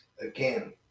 Again